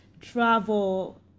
travel